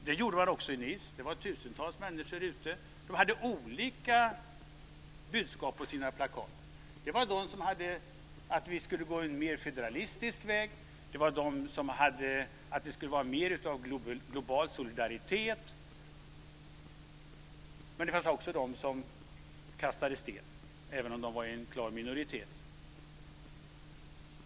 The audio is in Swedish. Det gjorde man också i Nice. Det var tusentals människor ute. De hade olika budskap på sina plakat. Där fanns de som ville att vi skulle gå en mer federalistisk väg, de som ville att det skulle vara mer av global solidaritet, men där fanns också de som kastade sten, även om de var i klar minoritet.